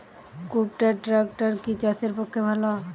কুবটার ট্রাকটার কি চাষের পক্ষে ভালো?